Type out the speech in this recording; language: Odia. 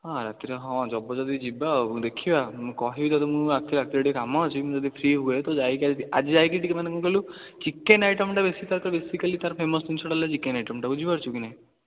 ହଁ ରାତିରେ ହଁ ହେବ ଯଦି ଯିବା ଆଉ ଦେଖିବା ମୁଁ କହିବି ତୋତେ ମୋର ଏକ୍ଚୁୟାଲି ରାତିରେ ଟିକିଏ କାମ ଅଛି ମୁଁ ଯଦି ଫ୍ରି ହୁଏ ତୁ ଯାଇକି ଆଜି ଯାଇକି ଟିକିଏ ମାନେ କ'ଣ କହିଲୁ ଚିକେନ୍ ଆଇଟମ୍ଟା ବେଶୀ ତା'ର ତ ବେଶିକାଲି ତା'ର ଫେମସ୍ ଜିନିଷଟା ହେଲା ଚିକେନ୍ ଆଇଟମ୍ଟା ବୁଝିପାରୁଛୁ କି ନାହିଁ